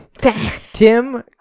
Tim